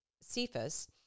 Cephas